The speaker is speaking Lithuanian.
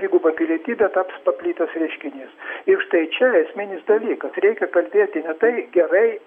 jeigu dviguba pilietybė taps paplitęs reiškinys ir štai čia esminis dalykas reikia kalbėti ne tai gerai